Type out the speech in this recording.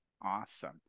Awesome